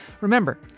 remember